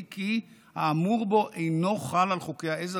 היא כי האמור בו אינו חל על חוקי העזר